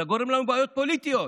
אתה גורם לנו בעיות פוליטיות.